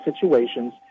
situations